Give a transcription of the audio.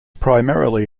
primarily